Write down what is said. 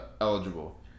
eligible